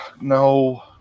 No